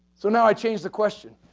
so, now i changed the question.